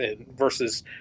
versus